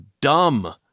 dumb